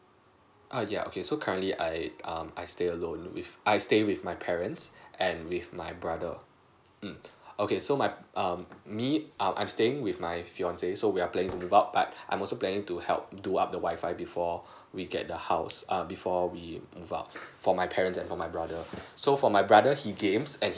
uh yeah okay so currently I um I stay alone with I stay with my parents and with my brother um okay so my um me err I'm staying with my fiance so we are planning to move out but I'm also planning to help do up the wifi before we get the house mm before we move out for my parent and for my brother so for my brother he games and